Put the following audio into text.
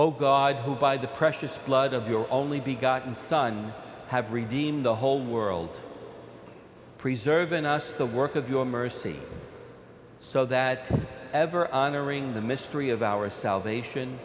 oh god who by the precious blood of your only begotten son have redeemed the whole world preserve in us the work of your mercy so that ever honoring the mystery of our salvation